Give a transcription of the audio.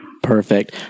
Perfect